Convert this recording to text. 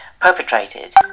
perpetrated